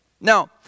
Now